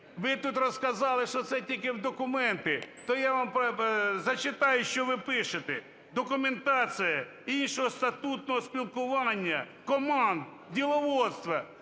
Ви тут розказали, що це тільки в документи, то я вам зачитаю, що ви пишете: "документація іншого статутного спілкування команд, діловодства".